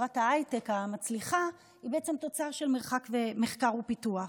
חברת ההייטק המצליחה היא תוצאה של מחקר ופיתוח.